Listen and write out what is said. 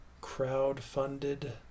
crowd-funded